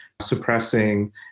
suppressing